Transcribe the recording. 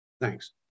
Thanks